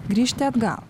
grįžti atgal